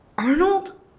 Arnold